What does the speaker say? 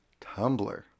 Tumblr